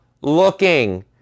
looking